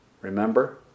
Remember